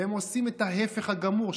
והם עושים את ההפך הגמור.